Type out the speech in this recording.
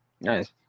Nice